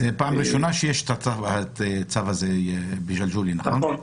זאת פעם ראשונה שיש את הצו הזה בג'לג'וליה, נכון?